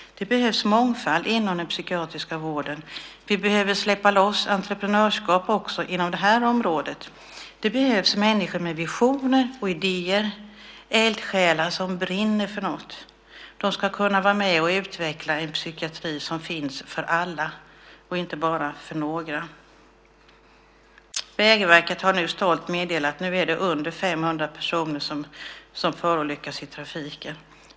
Det behövs mångfald inom den psykiatriska vården. Vi behöver släppa loss entreprenörskap också inom detta område. Det behövs människor med visioner och idéer, eldsjälar som brinner för något. De ska kunna vara med och utveckla en psykiatri som finns för alla - inte bara för några. Vägverket har stolt meddelat att det nu är färre än 500 som förolyckas i trafiken.